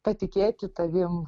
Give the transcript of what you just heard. patikėti tavim